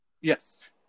Yes